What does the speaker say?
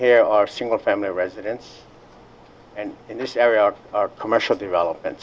here are single family residence and in this area our commercial development